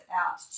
out